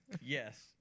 Yes